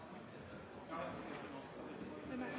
de har